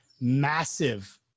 massive